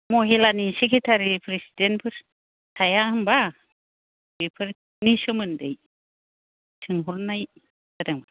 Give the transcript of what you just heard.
महिलानि secretary president फोर थाया होनबा बेफोरनि सोमोन्दै सोंहरनाय जादों